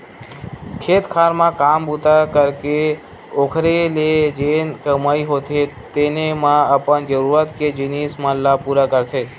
खेत खार म काम बूता करके ओखरे ले जेन कमई होथे तेने म अपन जरुरत के जिनिस मन ल पुरा करथे